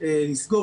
הורתה לסגור.